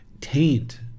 taint